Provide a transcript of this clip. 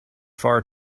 far